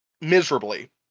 Miserably